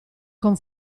con